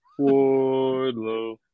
Wardlow